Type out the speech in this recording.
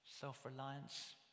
self-reliance